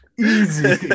easy